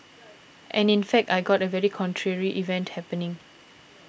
and in fact I got a very contrary event happening